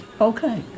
Okay